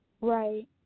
Right